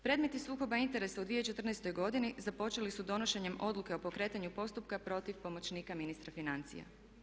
Predmeti sukoba interesa u 2014. godini započeli su donošenjem odluke o pokretanju postupka protiv pomoćnika ministra financija.